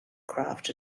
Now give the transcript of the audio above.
craft